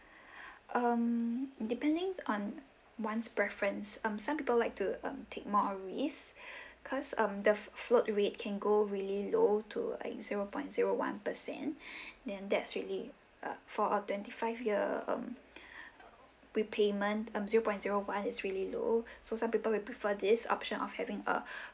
um depending on one's preference um some people like to um take more risk cause um the f~ float rate can go really low to like zero point zero one percent then that's really uh for a twenty five year um repayment um zero point zero one is really low so some people will prefer this option of having uh